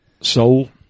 soul